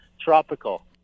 tropical